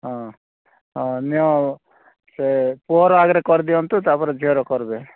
ହଁ ହଁ ନିଏ ସେ ପୁଅର ଆଗରେ କରିଦିଅନ୍ତୁ ତା'ପରେ ଝିଅର କରିବେ